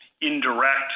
indirect